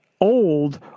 old